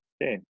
okay